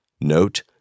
Note